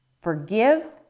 forgive